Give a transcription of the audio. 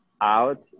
out